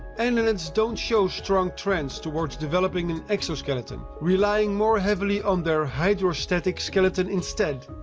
annelids don't show strong trends towards developing an exoskeleton, relying more heavily on their hydrostatic skeleton instead.